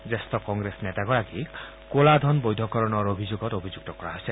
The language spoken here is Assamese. জ্যেষ্ঠ কংগ্ৰেছ নেতাগৰাকীক ক'লা ধন বৈধকৰণৰ অভিযোগত অভিযুক্ত কৰা হৈছে